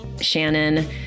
Shannon